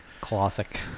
Classic